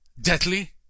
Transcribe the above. deadly